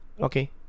Okay